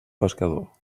pescador